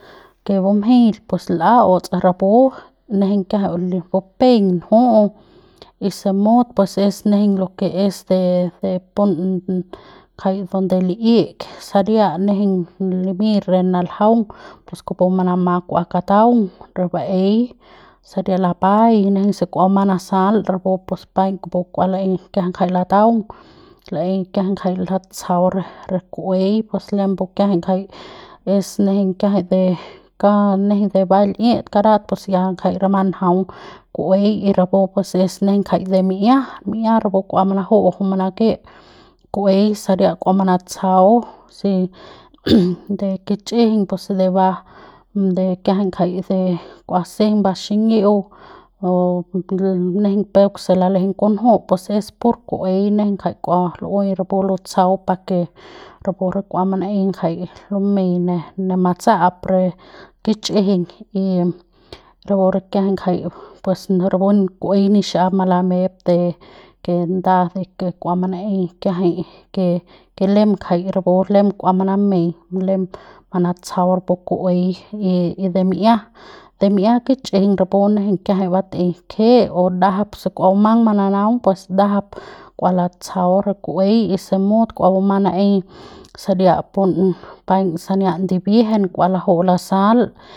Ke bumjeiñ pues l'a'auts rapu nejeiñ kiajai bupeiñ nju'u y si mut pues es nejeiñ lo ke es de pun ngjai donde li'i saria nejeiñ limiñ re naljaung pus kupu manama k'ua kataung re baei saria lapai nejeiñ se k'ua bumang nasal rapu pus paiñ rapu kua laei kiajai ngjai lataung la'ei kiajai ngjai latsjau re re ku'uei pues lembu kiajai ngjai es nejeiñ kiajai de kau nejeiñ de ba l'it karat pus ya rama ngjaung ku'uei y rapu es nejeiñ ngjai de mi'ia mi'ia rapu kua manaju'u manake ku'uei saria kua manatsjau si de kich'ijiñ pus de ba de kiajai de de kua sejeiñ ba xiñi'iu nejeiñ peuk se lalejeiñ kunju pus es pur ku'uei nejeiñ ngjai kua lu'ui rapu lutsjau pa ke rapu kua manaei ngjai lumei ne ne matsa'ap re kichjiñ y rapu re kiajai jai pus rapu ku'uei nixap malamep de ke nda de kua manaei kiajai ke ke lem ngjai rapu lem kua manamei lem manatsjau rapu ku'uei y y de mi'ia de mi'ia kichjiñ rapu nejeiñ kiajai jai batei keje o ndajap se kua bumang mananaung pues ndajap kua latsjau re ku'uei y si mut kua bumang naei saria pun paiñ sania ndibiejen kua laju'u lasal.